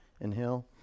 inhale